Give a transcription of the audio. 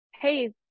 hey